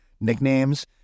nicknames